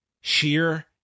sheer